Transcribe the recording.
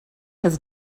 has